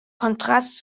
kontrast